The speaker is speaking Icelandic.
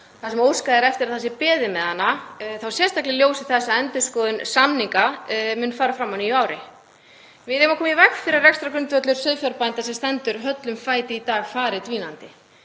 og óskað eftir að beðið sé með hana, sérstaklega í ljósi þess að endurskoðun samninga mun fara fram á nýju ári. Við eigum að koma í veg fyrir að rekstrargrundvöllur sauðfjárbænda sem stendur höllum fæti í dag fari versnandi.